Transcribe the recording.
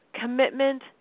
Commitment